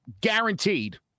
Guaranteed